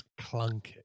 clunky